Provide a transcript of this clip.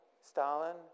Stalin